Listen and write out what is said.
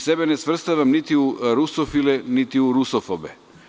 Sebe ne svrstavam niti u rusofile, niti u rusofobe.